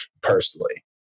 personally